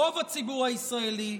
רוב הציבור הישראלי,